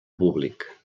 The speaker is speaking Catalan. públic